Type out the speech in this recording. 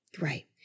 Right